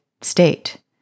state